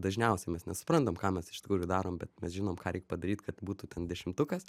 dažniausiai mes nesuprantam ką mes iš tikrųjų darom bet mes žinom ką reik padaryt kad būtų ten dešimtukas